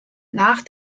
nach